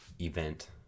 event